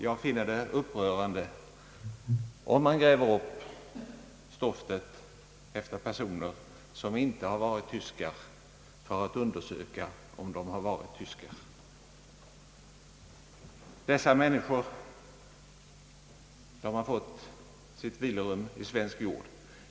Jag finner det upprörande, om man gräver upp stoften efter människor, vilkas nationalitet man inte känner, för att undersöka om de varit tyskar. Dessa människor har ju fått sitt vilorum i svensk jord.